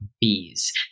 bees